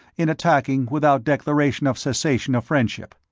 in attacking without declaration of cessation of friendship.